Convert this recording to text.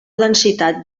densitat